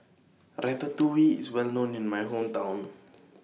Ratatouille IS Well known in My Hometown